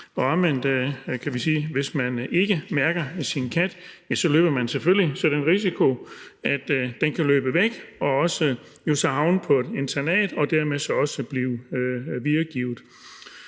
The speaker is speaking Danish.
hvis man ikke mærker sin kat, løber man selvfølgelig den risiko, at den kan løbe væk og havne på et internat og dermed også blive videregivet.